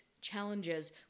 challenges